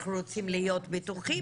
אנחנו רוצים להיות בטוחים,